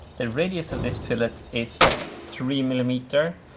the radius of this fillet is three millimeter.